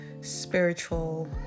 spiritual